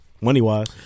money-wise